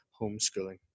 homeschooling